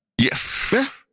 Yes